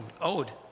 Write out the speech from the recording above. owed